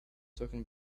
talking